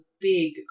big